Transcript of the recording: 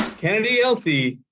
kennedy elsey,